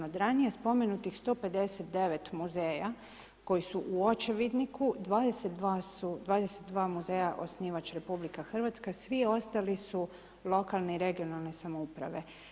Od ranije spomenutih 159 muzeja koji su u očevidniku 22 muzeja osnivač je RH, svi ostali su lokalne i regionalne samouprave.